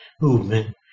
movement